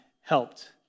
helped